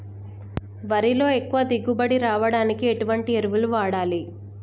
వరిలో ఎక్కువ దిగుబడి రావడానికి ఎటువంటి ఎరువులు వాడాలి?